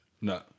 No